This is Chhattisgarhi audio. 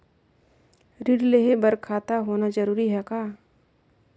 ऋण लेहे बर खाता होना जरूरी ह का?